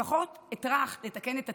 לפחות אטרח לתקן את עצמי,